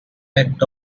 act